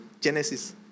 Genesis